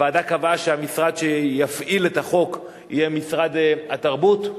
הוועדה קבעה שהמשרד שיפעיל את החוק יהיה משרד התרבות.